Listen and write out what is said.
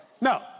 No